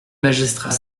magistrats